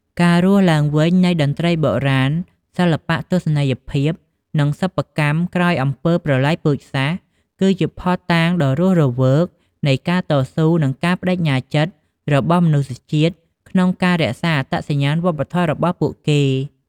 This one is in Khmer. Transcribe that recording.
ការរស់ឡើងវិញនៃតន្ត្រីបុរាណ សិល្បៈទស្សនីយភាព និងសិប្បកម្មក្រោយអំពើប្រល័យពូជសាសន៍ គឺជាភស្តុតាងដ៏រស់រវើកនៃការតស៊ូ និងការប្តេជ្ញាចិត្តរបស់មនុស្សជាតិក្នុងការរក្សាអត្តសញ្ញាណវប្បធម៌របស់ពួកគេ។